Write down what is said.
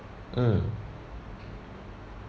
mm